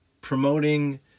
promoting